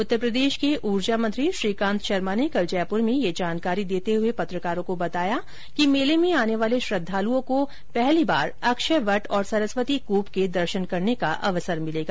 उत्तर प्रदेश के ऊर्जा मंत्री श्रीकांत शर्मा ने कल जयपुर में यह जानकारी देते हुए पत्रकारों को बताया कि मेले में आने वाले श्रद्धालुओं को पहली बार अक्षय वट और सरस्वती कूप के दर्शन करने का अवसर मिलेगा